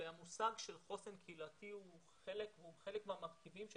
המושג של חוסן קהילתי הוא חלק מהמרכיבים של